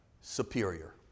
superior